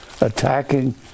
attacking